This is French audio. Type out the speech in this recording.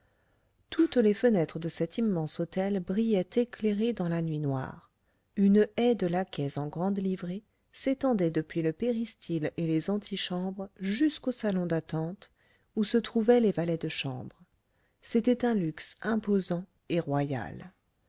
toutes les fenêtres de cet immense hôtel brillaient éclairées dans la nuit noire une haie de laquais en grande livrée s'étendait depuis le péristyle et les antichambres jusqu'aux salons d'attente où se trouvaient les valets de chambre c'était un luxe imposant et royal